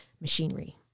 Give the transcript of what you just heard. machinery